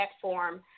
platform